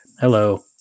hello